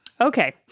Okay